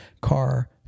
car